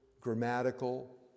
grammatical